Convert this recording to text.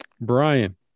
Brian